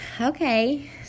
Okay